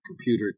computer